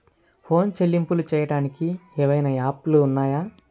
Phone చెల్లింపులు చెయ్యటానికి ఏవైనా యాప్లు ఉన్నాయా?